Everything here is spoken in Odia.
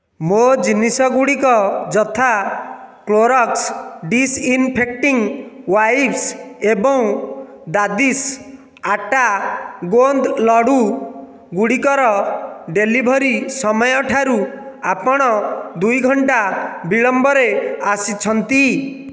ମୋ ଜିନିଷଗୁଡ଼ିକ ଯଥା କ୍ଲୋରକ୍ସ୍ ଡିସ୍ଇନ୍ଫେକ୍ଟିଂ ୱାଇପ୍ସ୍ ଏବଂ ଦାଦିଶ ଅଟା ଗୋନ୍ଦ୍ ଲଡ୍ଡୁ ଗୁଡ଼ିକର ଡେଲିଭରି ସମୟଠାରୁ ଆପଣ ଦୁଇ ଘଣ୍ଟା ବିଳମ୍ବରେ ଆସିଛନ୍ତି